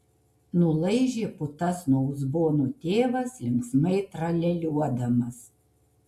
nulaižė putas nuo uzbono tėvas linksmai tralialiuodamas